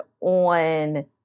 on